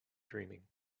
dreaming